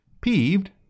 Peeved